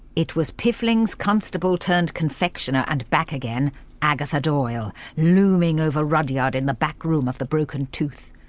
it was piffling's constable-turned-confectioner-and back-again agatha doyle, looming over rudyard in the backroom of the broken tooth.